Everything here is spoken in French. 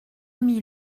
neuf